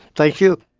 thank you.